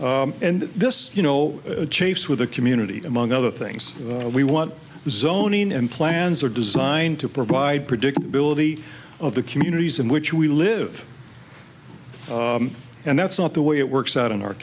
centers and this you know chase with the community among other things we want the zoning and plans are designed to provide predictability of the communities in which we live and that's not the way it works out in our